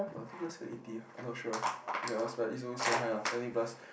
or I think last year eighty I'm not sure but it's always very high lah seventy plus